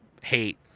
hate